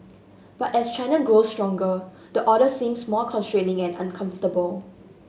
but as China grows stronger the order seems more constraining and uncomfortable